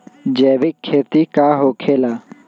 जैविक खेती का होखे ला?